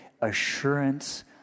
assurance